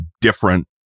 different